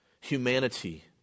Humanity